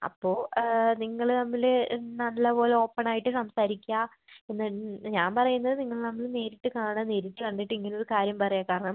അപ്പോൾ നിങ്ങൾ തമ്മിൽ നല്ലപോലെ ഓപ്പൺ ആയിട്ട് സംസാരിക്കുക പിന്നെ ഞാൻ പറയുന്നത് നിങ്ങൾ തമ്മിൽ നേരിട്ട് കാണാൻ നേരിട്ട് കണ്ടിട്ട് ഇങ്ങനൊരു കാര്യം പറയാൻ കാരണം